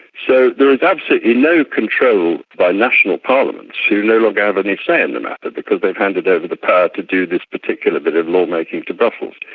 so there is absolutely no control by national parliaments who no longer have any say in the matter because they've handed over the power to do this particular bit of lawmaking to brussels.